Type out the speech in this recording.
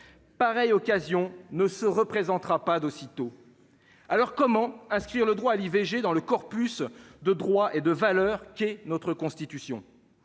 pareille occasion ne se représentera pas de sitôt, alors comment inscrire le droit à l'IVG dans le corpus de droits et de valeurs qui est notre constitution,